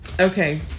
Okay